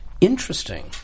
Interesting